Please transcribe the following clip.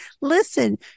listen